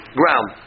ground